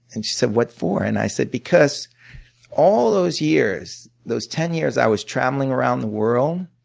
and she said, what for? and i said, because all those years, those ten years i was travelling around the world,